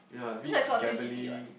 that's why is called Sin City what